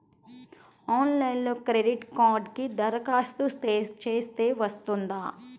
ఆన్లైన్లో క్రెడిట్ కార్డ్కి దరఖాస్తు చేస్తే వస్తుందా?